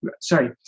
sorry